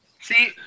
See